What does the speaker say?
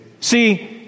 See